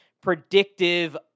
predictive